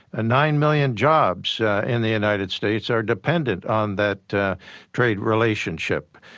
ah nine million jobs in the united states are dependent on that trade relationship.